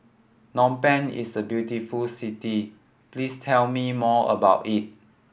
Phnom Penh is a very beautiful city please tell me more about it